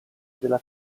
della